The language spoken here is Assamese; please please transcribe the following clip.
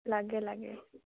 লাগে লাগে